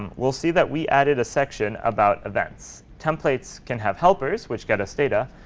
um we'll see that we added a section about events. templates can have helpers, which get us data.